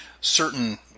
certain